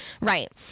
Right